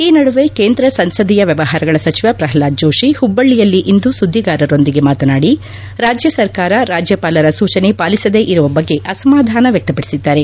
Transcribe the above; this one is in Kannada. ಈ ನಡುವೆ ಕೇಂದ್ರ ಸಂಸದೀಯ ವ್ವವಹಾರಗಳ ಸಚಿವ ಪ್ರಹ್ಲಾದ್ ಜೋಷಿ ಹುಬ್ಲಳ್ಳಯಲ್ಲಿ ಇಂದು ಸುದ್ದಿಗಾರರೊಂದಿಗೆ ಮಾತನಾಡಿ ರಾಜ್ಯ ಸರ್ಕಾರ ರಾಜ್ಯಪಾಲರ ಸೂಚನೆ ಪಾಲಿಸದೇ ಇರುವ ಬಗ್ಗೆ ಅಸಮಾಧಾನ ವ್ಯಕ್ತಪಡಿಸಿದ್ದಾರೆ